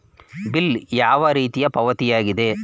Bill ಯಾವ ರೀತಿಯ ಪಾವತಿಯಾಗಿದೆ?